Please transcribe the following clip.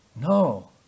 No